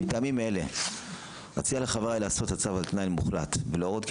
בימים אלה אציע לחבריי לעשות צו על תנאי מוחלט ולהורות כי